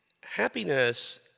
Happiness